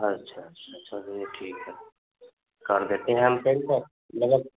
अच्छा अच्छा अच्छा चलिए ठीक है कर देते हैं हम पेन्ट मगर